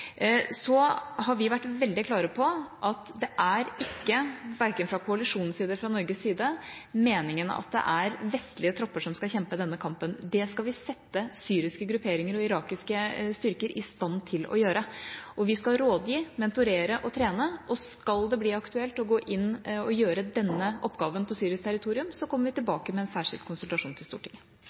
Så har vi vært veldig klare på at det er ikke, verken fra koalisjonens side eller fra Norges side, meningen at det er vestlige tropper som skal kjempe denne kampen. Det skal vi sette syriske grupperinger og irakiske styrker i stand til å gjøre. Vi skal rådgi, mentorere og trene, og skal det bli aktuelt å gå inn og gjøre denne oppgaven på syrisk territorium, kommer vi tilbake med en særskilt konsultasjon til Stortinget.